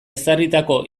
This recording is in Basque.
ezarritako